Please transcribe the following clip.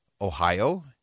Ohio